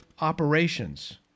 operations